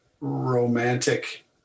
romantic